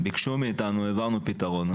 ביקשו מאיתנו, העברנו פתרון.